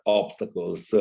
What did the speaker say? obstacles